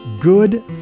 good